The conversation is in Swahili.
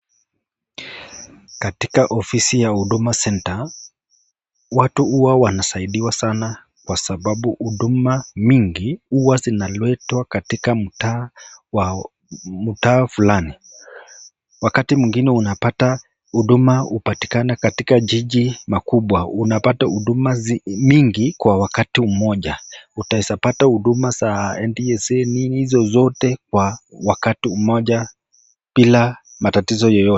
Katika ofisi ya Huduma Centre , watu huwa wanasaidiwa sanaa kwa sababu huduma mingi huwa zinaletwa katika mtaa fulani. Wakati mwingine unapata huduma hupatikana katika jiji makubwa. Unapata huduma mingi kwa wakati mmoja. Utaeza pata huduma za NTSA hizo zote kwa wakati mmoja bila matatizo yeyote.